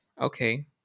Okay